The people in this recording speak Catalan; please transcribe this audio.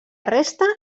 resta